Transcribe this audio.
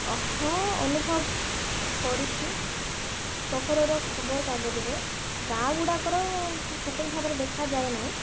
ହଁ ଅନୁଭବ କରିଛି ସହରର ଖବରକାଗଜରେ ଗାଁଗୁଡ଼ାକର ସଠିକ୍ ଭାବରେ ଦେଖାଯାଏ ନାହିଁ